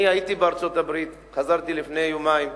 אני הייתי בארצות-הברית, חזרתי לפני יומיים,